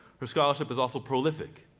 her scholarship is also prolific,